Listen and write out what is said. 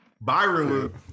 Byron